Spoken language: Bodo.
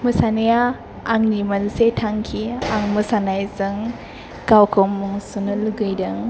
मोसानाया आंनि मोनसे थांखि आं मोसानायजों गावखौ मुं सुनो लुगैदों